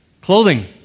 Clothing